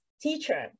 Teacher